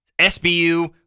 SBU